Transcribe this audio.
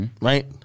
Right